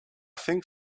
think